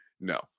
No